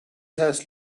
has